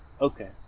Okay